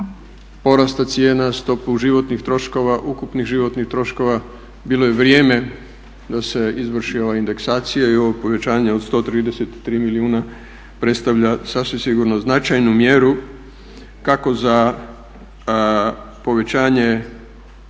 porasta cijena, stopu životnih troškova, ukupnih životnih troškova bilo je vrijeme da se izvrši ova indeksacija i ovo povećanje od 133 milijuna predstavlja sasvim sigurno značajnu mjeru kako za povećanje